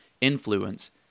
influence